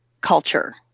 culture